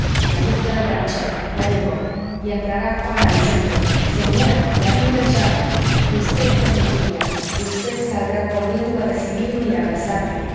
ahí está el ranchero ya llegó y entrará juana diciendo señora ya vino el charro y usted tía pepilla usted saldrá corriendo a recibirme y abrazarme